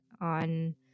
on